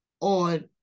on